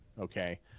okay